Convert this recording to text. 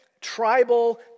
tribal